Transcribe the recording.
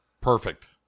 perfect